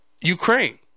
Ukraine